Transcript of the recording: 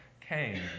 came